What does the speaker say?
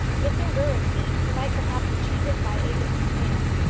if there were any means, he might perhaps achieve it by aid of this man.